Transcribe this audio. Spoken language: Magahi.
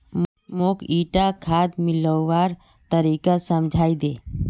मौक ईटा खाद मिलव्वार तरीका समझाइ दे